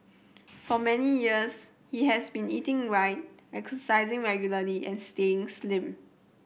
for many years he has been eating right exercising regularly and staying slim